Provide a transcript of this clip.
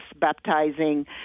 baptizing